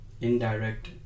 Indirect